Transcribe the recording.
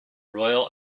royal